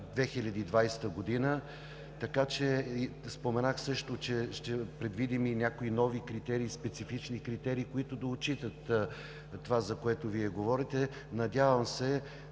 2020 г. Споменах също, че ще предвидим и някои нови, специфични критерии, които да отчитат онова, за което Вие говорите. Надявам се